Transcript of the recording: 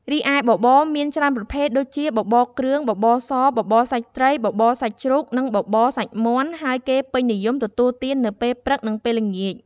រីឯបបរមានច្រើនប្រភេទដូចជា បបរគ្រឿង បបរសរ បបរសាច់ត្រី បបរសាច់ជ្រូក នឹងបបរសាច់មាន់ ហើយគេពេញនិយមទទួលទាននៅពេលព្រឹកនិងពេលល្ងាច។